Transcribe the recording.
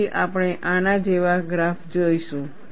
તેથી આપણે આના જેવો ગ્રાફ જોઈશું